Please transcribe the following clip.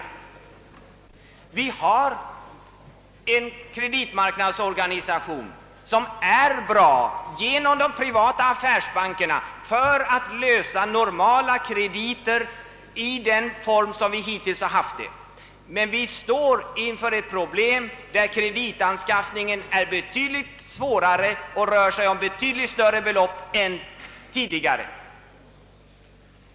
I de privata affärsbankerna har vi en kreditmarknadsorganisation som är bra och som kan ordna normala krediter i den form som hittills förekommit. Men vi står nu inför en kreditanskaffning som är betydligt svårare och som rör mycket större belopp än tidigare.